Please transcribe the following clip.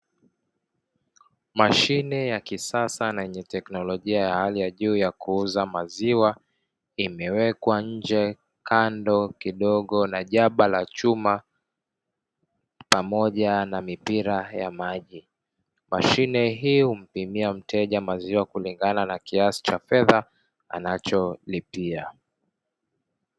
Mashine ya kisasa na yenye taknolojia ya hali ya juu ya kuuza maziwa, imewekwa nje kando kidogo na diaba la chuma pamoja na mipira ya maji mashine, hii humpimia maziwa mteja kulingana na kiasi cha fedha anacholipia.